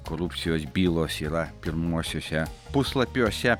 korupcijos bylos yra pirmuosiuose puslapiuose